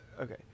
okay